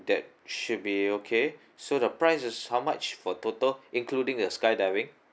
that should be okay so the price is how much for total including the skydiving